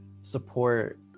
support